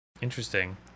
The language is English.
interesting